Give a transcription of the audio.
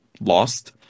lost